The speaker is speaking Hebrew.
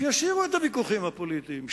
שישאירו את הוויכוחים הפוליטיים,